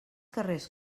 carrers